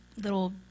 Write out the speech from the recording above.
little